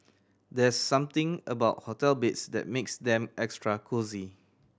there's something about hotel beds that makes them extra cosy